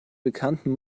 bekannten